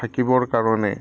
থাকিবৰ কাৰণে